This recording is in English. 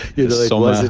you know soma